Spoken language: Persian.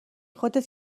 خودت